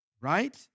right